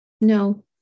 No